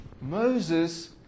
Moses